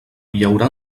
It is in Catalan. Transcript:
llaurar